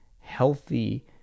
healthy